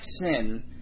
sin